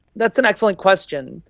that's an excellent question.